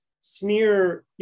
sneer